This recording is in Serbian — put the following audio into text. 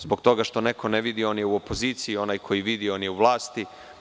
Zbog toga što neko ne vidi, on je u opoziciji, a onaj koji vidi je u vlasti.